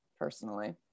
Personally